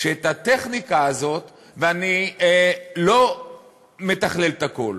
שאת הטכניקה הזאת, ואני לא מתכלל את הכול,